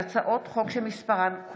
הצעות חוק שמספרן,